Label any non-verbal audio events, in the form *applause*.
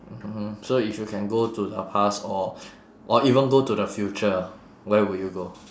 mmhmm so if you can go to the past or *breath* or even go to the future where would you go